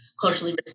culturally